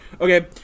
Okay